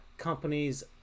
companies